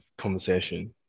conversation